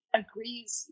agrees